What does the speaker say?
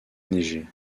neiger